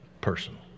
personal